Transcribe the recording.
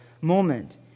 moment